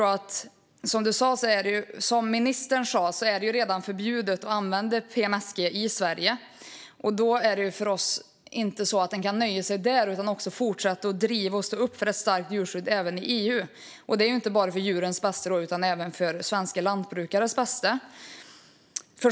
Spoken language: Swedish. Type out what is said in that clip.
Som ministern sa är det redan förbjudet att använda PMSG i Sverige. Vi ska inte nöja oss där utan fortsätta att driva och stå upp för ett starkt djurskydd även i EU. Det är inte bara för djurens bästa utan även för svenska lantbrukares bästa.